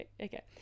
Okay